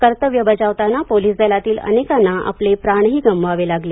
कर्तव्य बजावताना पोलीस दलातील अनेकांना आपले प्राण गमवावे लागले